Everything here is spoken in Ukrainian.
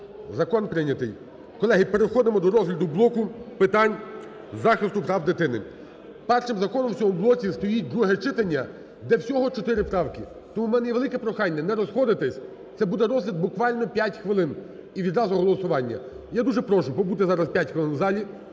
закон прийнятий. Колеги, переходимо до розгляду блоку питань захисту прав дитини. Першим законом у цьому блоці стоїть друге читання, де всього чотири правки. Тому в мене є велике прохання не розходитися. Це буде розгляд буквально п'ять хвилин, і відразу голосування. Я дуже прошу побути зараз п'ять хвилин в залі